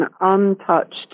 untouched